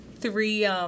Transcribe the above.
three